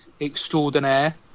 extraordinaire